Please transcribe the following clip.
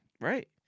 right